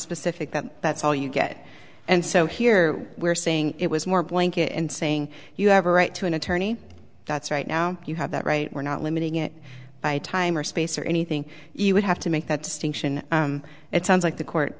specific that that's all you get and so here we're saying it was more blanket in saying you have a right to an attorney that's right now you have that right we're not limiting it by time or space or anything you would have to make that distinction it sounds like the court